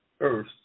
earth